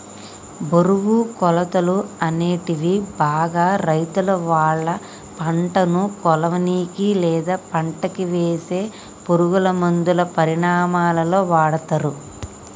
బరువు, కొలతలు, అనేటివి బాగా రైతులువాళ్ళ పంటను కొలవనీకి, లేదా పంటకివేసే పురుగులమందుల పరిమాణాలలో వాడతరు